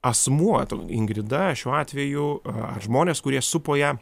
asmuo ingrida šiuo atveju ar žmonės kurie supo ją